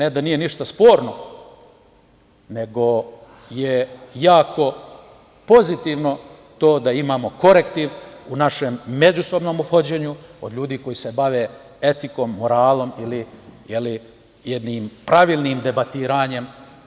Tu ne da nije ništa sporno, nego je jako pozitivno to da imamo korektiv u našem međusobnom ophođenju od ljudi koji se bave etikom, moralom ili jednim pravilnim debatiranjem.